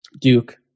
Duke